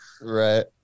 Right